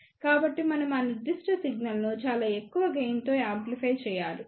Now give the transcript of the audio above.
కాబట్టి మనం ఆ నిర్దిష్ట సిగ్నల్ను చాలా ఎక్కువ గెయిన్ తో యాంప్లిఫై చేయాలి